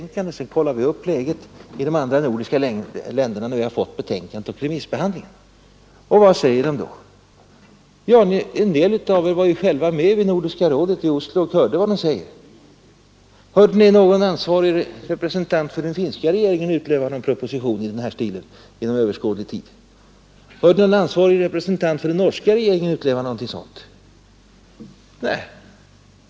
Efter remissbehandlingen kollade vi upp läget i de andra nordiska länderna. Och vad säger de då? Ja, en del av er var ju själva med vid Nordiska rådets session i Oslo och hörde vad de sade. Hörde ni någon änsvarig representant för den finska regeringen utlova någon proposition i den här stilen inom överskådlig tid? Hörde ni någon ansvarig representant för den norska regeringen utlova någonting sådant? Nej.